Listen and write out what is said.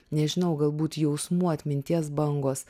nežinau galbūt jausmų atminties bangos